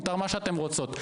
מותר מה שאתן רוצות,